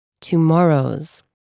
Tomorrow's